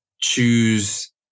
choose